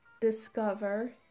discover